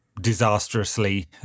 disastrously